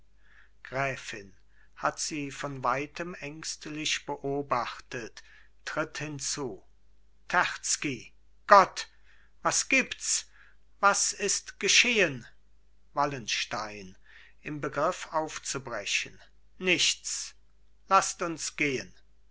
gräfin hat sie von weitem ängstlich beobachtet tritt hinzu terzky gott was gibts was ist geschehen wallenstein im begriff aufzubrechen nichts laßt uns gehen